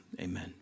Amen